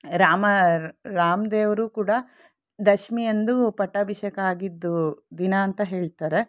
ರಾಮ ರಾಮ ದೇವರು ಕೂಡ ದಶಮಿಯಂದು ಪಟ್ಟಾಭಿಷೇಕ ಆಗಿದ್ದು ದಿನ ಅಂತ ಹೇಳ್ತಾರೆ